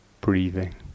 breathing